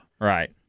Right